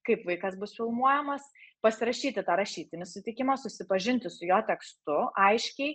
kaip vaikas bus filmuojamas pasirašyti tą rašytinį sutikimą susipažinti su jo tekstu aiškiai